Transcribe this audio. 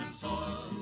soil